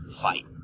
fight